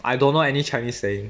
I don't know any chinese saying